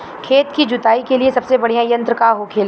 खेत की जुताई के लिए सबसे बढ़ियां यंत्र का होखेला?